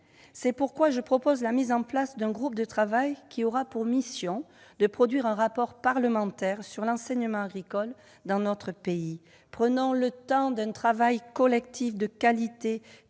C'est pourquoi je propose la mise en place d'un groupe de travail qui aura pour mission de produire un rapport parlementaire sur l'enseignement agricole dans notre pays. Très bien ! Prenons le temps de mener un travail collectif de qualité,